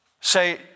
say